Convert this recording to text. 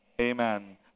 Amen